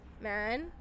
man